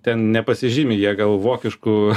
ten nepasižymi jie gal vokišku